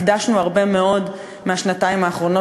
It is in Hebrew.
הקדשנו הרבה מאוד מהשנתיים האחרונות